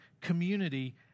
community